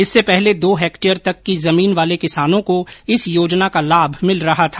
इससे पहले दो हेक्टेयर तक को जमीन वाले किसानों को इस योजना का लाभ मिल रहा था